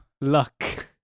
Luck